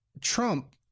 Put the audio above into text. Trump